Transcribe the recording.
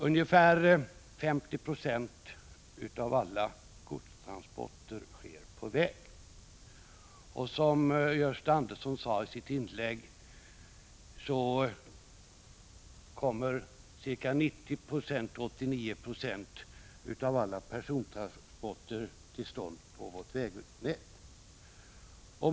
Ungefär 50 96 av alla godstransporter sker på väg, och som Gösta Andersson sade i sitt inlägg kommer 89 96 av alla persontransporter till stånd på vårt vägnät.